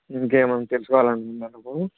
ఇంకా ఏమన్నా తెలుసుకోవాలి అనుకుంటున్నారా బాబు